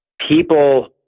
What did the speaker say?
People